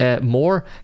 more